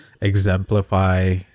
exemplify